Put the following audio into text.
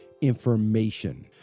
information